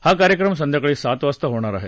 हा कार्यक्रम संध्याकाळी सात वाजता होणार आहे